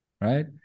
Right